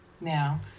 now